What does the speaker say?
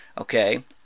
Okay